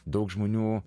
daug žmonių